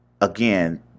Again